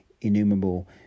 innumerable